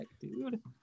dude